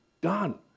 done